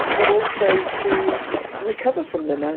but also to recover from them, and